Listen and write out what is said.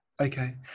Okay